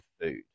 food